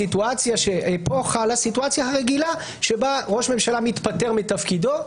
פה חלה הסיטואציה הרגילה שבה ראש ממשלה מתפטר מתפקידו.